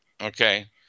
Okay